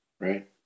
right